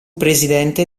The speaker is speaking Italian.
presidente